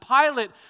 Pilate